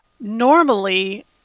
normally